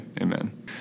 amen